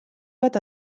bat